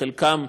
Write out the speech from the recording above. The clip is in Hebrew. חלקם,